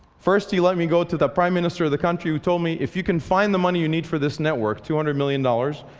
first he let me go to the prime minister of the country, who told me, if you can find the money you need for this network, two hundred million dollars,